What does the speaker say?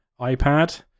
iPad